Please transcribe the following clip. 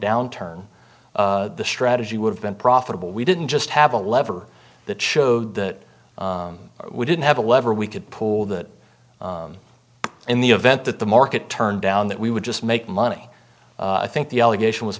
downturn the strategy would have been profitable we didn't just have a lever that showed that we didn't have a lever we could pull that in the event that the market turned down that we would just make money i think the allegation was